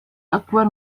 أكبر